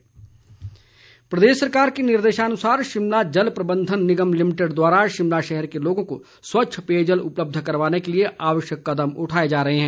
SJPNL प्रदेश सरकार के निर्देशानुसार शिमला जल प्रबंधन निगम लिमिटेड द्वारा शिमला शहर के लोगो को स्वच्छ पेयजल उपलब्ध करवाने के लिए आवश्यक कदम उठाए जा रहे हैं